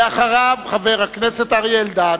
אחריו, חבר הכנסת אריה אלדד,